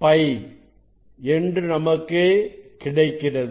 mπ என்று நமக்கு கிடைக்கிறது